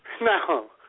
No